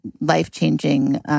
life-changing